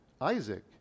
Isaac